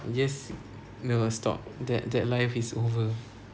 you just no stop that that life is over